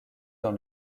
dans